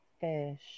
Fish